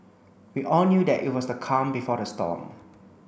we all knew that it was the calm before the storm